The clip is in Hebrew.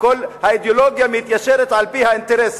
האידיאולוגיה מתיישרת על-פי האינטרסים.